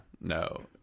No